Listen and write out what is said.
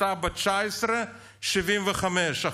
עלתה ב-19.75%.